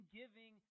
giving